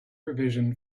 revision